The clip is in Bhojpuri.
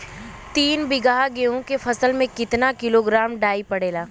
तीन बिघा गेहूँ के फसल मे कितना किलोग्राम डाई पड़ेला?